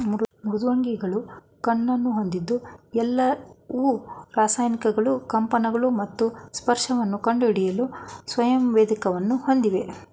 ಮೃದ್ವಂಗಿಗಳು ಕಣ್ಣನ್ನು ಹೊಂದಿದ್ದು ಎಲ್ಲವು ರಾಸಾಯನಿಕಗಳು ಕಂಪನಗಳು ಮತ್ತು ಸ್ಪರ್ಶವನ್ನು ಕಂಡುಹಿಡಿಯಲು ಸಂವೇದಕವನ್ನು ಹೊಂದಿವೆ